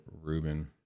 Ruben